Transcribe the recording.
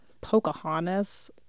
Pocahontas